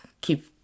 keep